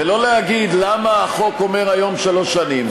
ולא להגיד למה החוק אומר היום שלוש שנים.